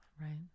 Right